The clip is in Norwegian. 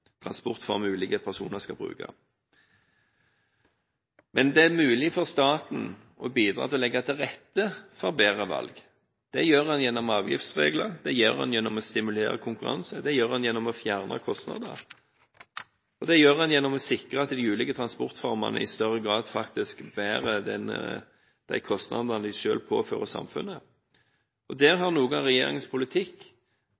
ulike personer skal bruke. Men det er mulig for staten å bidra til å legge til rette for bedre valg. Det gjør en gjennom avgiftsregler. Det gjør en gjennom å stimulere konkurranse. Det gjør en gjennom å fjerne kostnader, og det gjør en gjennom å sikre at de ulike transportformene i større grad faktisk bærer de kostnadene de selv påfører samfunnet. Der